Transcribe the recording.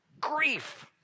grief